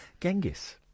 Genghis